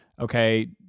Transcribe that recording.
okay